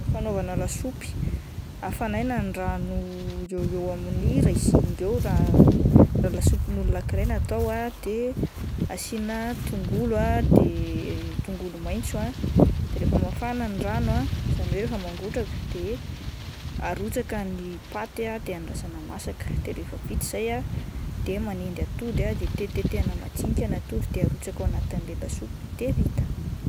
Fanaovana lasopy, afanaina ny rano eo eo amin'ny iray zinga eo raha lasopin'olona anankiray no atao ah de asiana tongolo ah de tongolo maintso ah de rehefa mafana ny rano ah izany hoe rehefa mangotraka de arotsaka ny paty ah de andrasana masaka de rehefa vita izay ah de manendy atody de tetitetehana majinika ny atody de arotsaka ao anatin'ilay lasopy de vita.